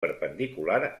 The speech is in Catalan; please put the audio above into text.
perpendicular